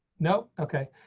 nope, okay.